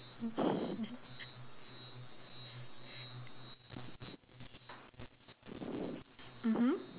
mmhmm